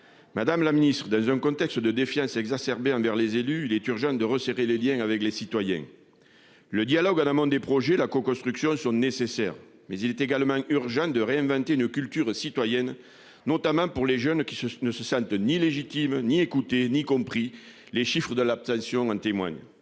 Madame la Ministre dans un contexte de défiance exacerbée envers les élus. Il est urgent de resserrer les Liens avec les citoyens. Le dialogue en amont des projets la construction sont nécessaires mais il est également urgent de réinventer une culture citoyenne, notamment pour les jeunes qui se ne se sentent ni légitime, ni écoutés ni compris les chiffres de l'abstention en témoignent.